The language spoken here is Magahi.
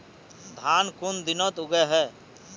धान कुन दिनोत उगैहे